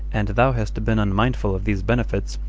and thou hast been unmindful of these benefits,